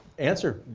answer.